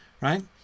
right